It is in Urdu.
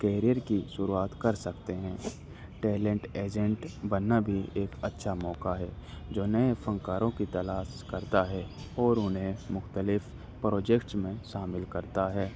کیریئر کی شروعات کر سکتے ہیں ٹیلنٹ ایزنٹ بننا بھی ایک اچھا موقع ہے جو نئے فنکاروں کی تلاش کرتا ہے اور انہیں مختلف پروجیکٹ میں شامل کرتا ہے